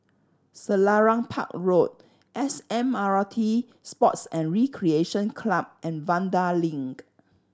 Selarang Park Road S M R T Sports and Recreation Club and Vanda Link